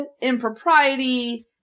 impropriety